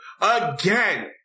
again